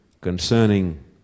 concerning